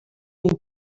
این